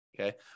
Okay